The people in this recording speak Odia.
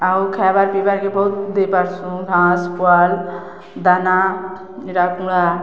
ଆଉ ଖାଇବାର୍ ପିଇବାର୍କେ ବହୁତ ଦେଇ ପାର୍ସୁ ଘାସ ପୁଆଲ ଦାନା ରାକୁଡ଼ା